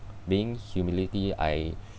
being humility I